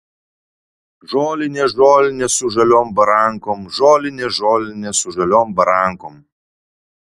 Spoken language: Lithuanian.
žolinė žolinė su žaliom barankom žolinė žolinė su žaliom barankom